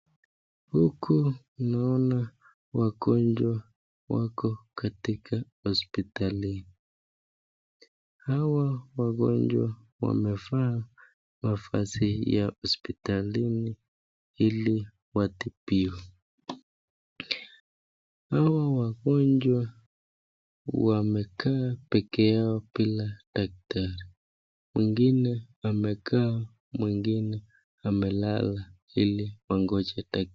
Huku naona wagonjwa wako katika hospitali hawa wagonjwa wamevaa mavazi ya hospitalini ili watibiwe. Hawa wagonjwa wamekaa pekee yao bila daktari. Mwingine amekaa mwingine amelala ili wangoje daktari.